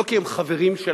לא כי הם חברים שלנו,